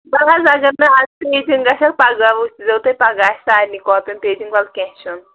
وَلہٕ حظ اگر نہٕ اَز پیٚجِنٛگ گژھٮ۪کھ پگاہ وُچھۍ زیٚو تُہۍ پگاہ آسہِ سارنٕے کاپین پیٚجِنٛگ وَلہٕ کیٚنٛہہ چھُنہٕ